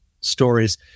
stories